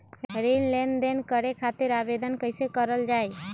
ऋण लेनदेन करे खातीर आवेदन कइसे करल जाई?